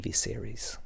TV-series